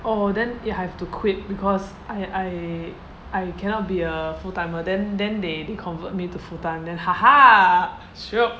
oh then if I have to quit because I I I cannot be a full timer then then they they convert me to full time then haha shiok